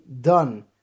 done